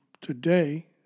today